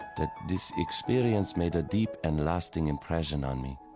that this experience made a deep and lasting impression on me.